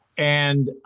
and